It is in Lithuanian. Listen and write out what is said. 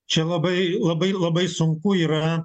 čia labai labai labai sunku yra